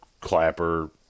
clapper